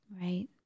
Right